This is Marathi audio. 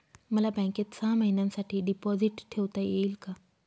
मला बँकेत सहा महिन्यांसाठी डिपॉझिट ठेवता येईल का?